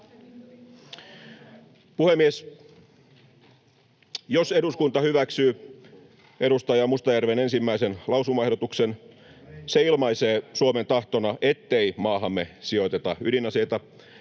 Puhemies! Jos eduskunta hyväksyy edustaja Mustajärven ensimmäisen lausumaehdotuksen, se ilmaisee Suomen tahtona, ettei maahamme sijoiteta ydinaseita